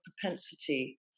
propensity